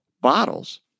bottles